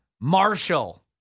Marshall